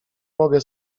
mogę